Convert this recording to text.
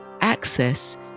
access